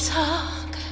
talk